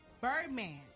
Birdman